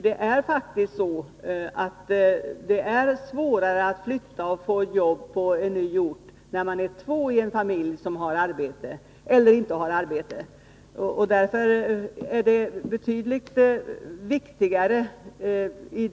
Det är faktiskt så, att det är svårare att få arbete på den nya orten, om två i familjen saknar arbete.